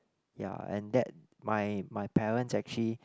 ya and that my my parents actually